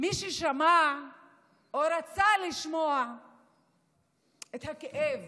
מי ששמע או רצה לשמוע את הכאב